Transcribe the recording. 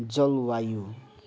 जलवायु